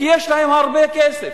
כי יש להם הרבה כסף.